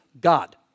God